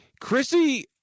Chrissy